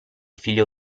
figlio